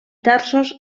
tarsos